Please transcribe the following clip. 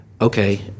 okay